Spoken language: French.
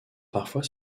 parfois